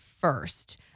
first